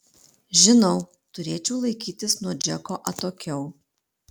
žinau turėčiau laikytis nuo džeko atokiau